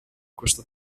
questo